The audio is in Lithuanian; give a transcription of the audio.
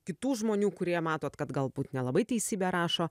kitų žmonių kurie matot kad galbūt nelabai teisybę rašo